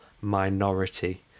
minority